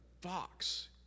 fox